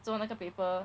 做那个 paper